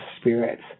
spirits